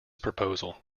proposal